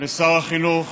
לשר החינוך